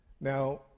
Now